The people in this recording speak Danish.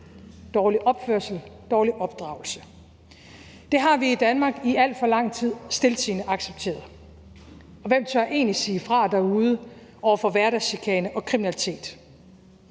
dårlig opførsel, dårlig opdragelse, har vi i Danmark i alt for lang tid stiltiende accepteret. Kl. 12:37 Hvem tør egentlig sige fra derude over for hverdagschikane og kriminalitet?